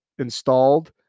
installed